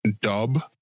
dub